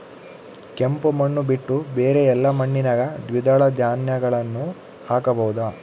ಕೆಂಪು ಮಣ್ಣು ಬಿಟ್ಟು ಬೇರೆ ಎಲ್ಲಾ ಮಣ್ಣಿನಾಗ ದ್ವಿದಳ ಧಾನ್ಯಗಳನ್ನ ಹಾಕಬಹುದಾ?